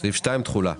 בהתחלה,